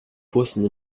bussen